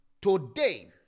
Today